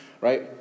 right